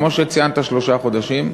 כמו שציינת, שלושה חודשים.